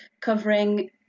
covering